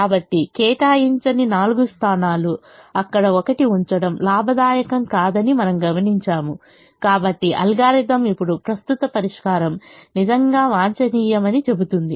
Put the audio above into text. కాబట్టి కేటాయించని నాలుగు స్థానాలు అక్కడ ఒకటి ఉంచడం లాభదాయకం కాదని మనము గమనించాము కాబట్టి అల్గోరిథం ఇప్పుడు ప్రస్తుత పరిష్కారం నిజంగా వాంఛనీయమని చెబుతుంది